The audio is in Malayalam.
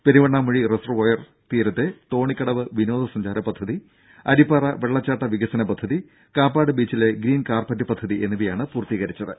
പെരുവണ്ണാമൂഴി റിസർവോയർ തീരത്തെ തോണിക്കടവ് വിനോദസഞ്ചാര പദ്ധതി അരിപ്പാറ വെള്ളച്ചാട്ട വികസന പദ്ധതി കാപ്പാട് ബീച്ചിലെ ഗ്രീൻ കാർപ്പെറ്റ് പദ്ധതി എന്നിവയാണ് പൂർത്തീകരിച്ചത്